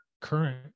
current